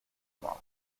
moth